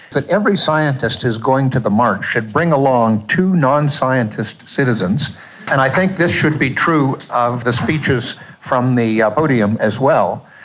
but every scientist who's going to the march should bring along two non-scientist citizens and i think this should be true of the speeches from the podium as well,